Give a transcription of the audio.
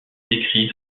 décrit